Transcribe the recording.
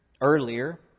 earlier